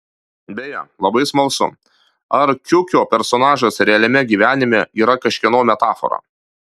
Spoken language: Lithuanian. beje labai smalsu ar kiukio personažas realiame gyvenime yra kažkieno metafora